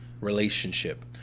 Relationship